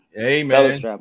amen